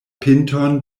pinton